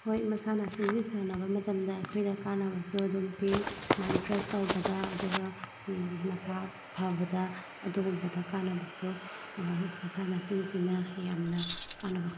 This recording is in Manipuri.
ꯍꯣꯏ ꯃꯁꯥꯟꯅ ꯑꯁꯤꯕꯨ ꯁꯥꯟꯅꯕ ꯃꯇꯝꯗ ꯑꯩꯈꯣꯏꯗ ꯀꯥꯅꯕꯁꯨ ꯑꯗꯨꯝ ꯄꯤ ꯃꯥꯏꯟ ꯐ꯭ꯔꯦꯁ ꯇꯧꯕꯗ ꯑꯗꯨꯒ ꯃꯁꯥ ꯐꯕꯗ ꯑꯗꯨꯒꯨꯝꯕꯗ ꯀꯥꯅꯕꯁꯨ ꯃꯁꯥꯟꯅꯁꯤꯡꯁꯤꯅ ꯌꯥꯝꯅ ꯀꯥꯅꯕ